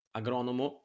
agronomo